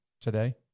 today